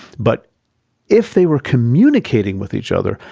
but if they were communicating with each other,